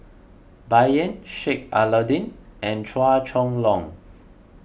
Bai Yan Sheik Alau'ddin and Chua Chong Long